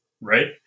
right